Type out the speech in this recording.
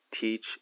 teach